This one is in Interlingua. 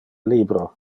libro